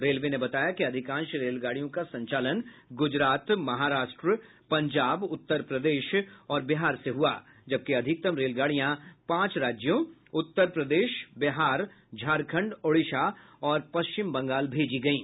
railway ने बताया कि अधिकांश रेलगाड़ियों का संचालन गुजरात महाराष्ट्र पंजाब उत्तर प्रदेश और बिहार से हुआ जबकि अधिकतम रेलगाड़ियां पांच राज्यों उत्तर प्रदेश बिहार झारखंड ओडिसा और पश्चिम बंगाल भेजी गईं